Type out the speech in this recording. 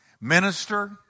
minister